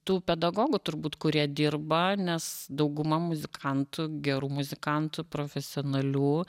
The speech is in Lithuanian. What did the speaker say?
tų pedagogų turbūt kurie dirba nes dauguma muzikantų gerų muzikantų profesionalių